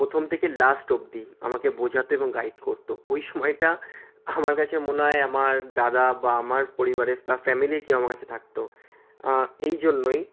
প্রথম থেকে লাস্ট অব্দি আমাকে বোঝাতো এবং গাইড করতো ওই সময়টা আমার কাছে মনে হয় আমার দাদা বা আমার পরিবারের বা ফ্যামিলির কেউ আমার কাছে থাকতো এই জন্যই